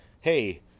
hey